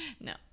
no